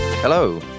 Hello